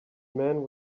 man